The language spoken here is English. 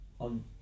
on